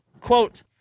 quote